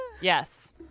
Yes